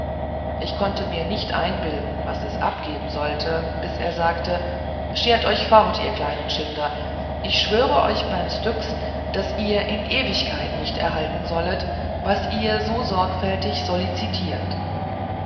ich konnte mir nicht einbilden was es abgeben sollte bis er sagte schert euch fort ihr kleine schinder ich schwöre euch beim styx daß ihr in ewigkeit nicht erhalten sollet was ihr so sorgfältig